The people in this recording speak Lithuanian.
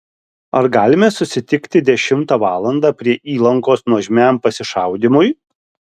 ar galime susitikti dešimtą valandą prie įlankos nuožmiam pasišaudymui